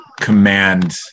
command